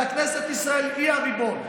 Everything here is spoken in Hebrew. כנסת ישראל היא הריבון.